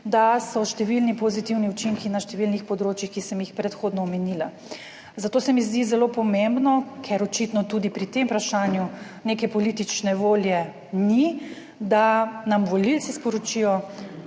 da so številni pozitivni učinki na številnih področjih, ki sem jih predhodno omenila. Zato se mi zdi zelo pomembno, ker očitno tudi pri tem vprašanju neke politične volje ni, da nam volivci sporočijo